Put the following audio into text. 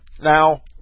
Now